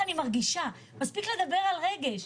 מספיק לדבר על רגש,